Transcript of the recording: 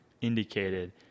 indicated